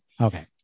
Okay